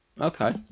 okay